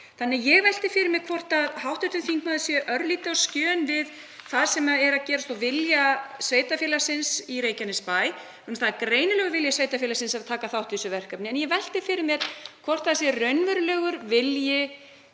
Þannig að ég velti fyrir mér hvort hv. þingmaður sé örlítið á skjön við það sem er að gerast og við vilja sveitarfélagsins í Reykjanesbæ. Það er greinilegur vilji sveitarfélagsins að taka þátt í þessu verkefni. En ég velti fyrir mér hvort það sé raunverulegur vilji